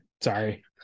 sorry